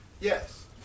Yes